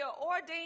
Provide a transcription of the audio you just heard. ordained